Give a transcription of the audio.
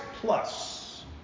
plus